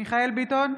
מיכאל מרדכי ביטון,